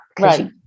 Right